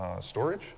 storage